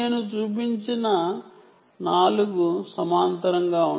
నేను 4 చూపించాను